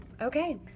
Okay